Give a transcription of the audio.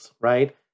right